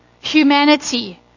Humanity